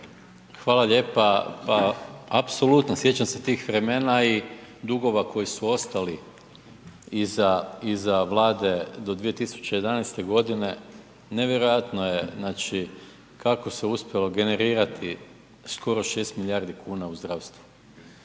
Hvala lijepa. Pa apsolutno, sjećam se tih vremena i dugova koji su ostali iza Vlade do 2011. godine, nevjerojatno je, znači kako se uspjelo generirati skoro 6 milijardi kuna u zdravstvu.